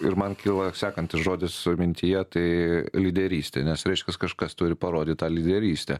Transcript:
ir man kyla sekantis žodis mintyje tai lyderystė nes reiškias kažkas turi parodyt tą lyderystę